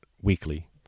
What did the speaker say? Weekly